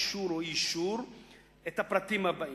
אישור או אי-אישור את הפרטים הבאים: